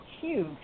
huge